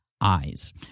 eyes